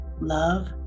love